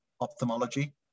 ophthalmology